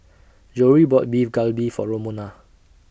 Jory bought Beef Galbi For Romona